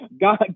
God